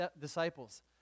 disciples